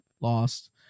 lost